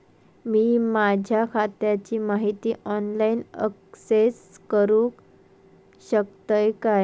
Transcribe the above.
मी माझ्या खात्याची माहिती ऑनलाईन अक्सेस करूक शकतय काय?